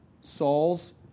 Saul's